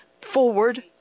forward